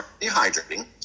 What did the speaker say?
dehydrating